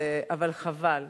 אבל חבל,